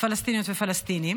פלסטיניות ופלסטינים,